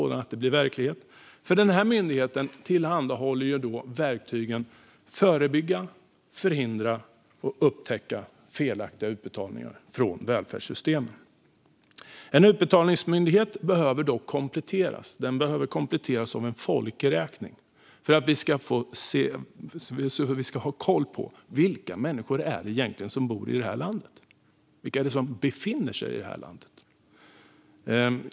Den här myndigheten kommer att tillhandahålla verktygen att förebygga, förhindra och upptäcka felaktiga utbetalningar från välfärdssystemen. En utbetalningsmyndighet behöver dock kompletteras av en folkräkning för att vi ska ha koll på vilka människor som bor och befinner sig här i landet.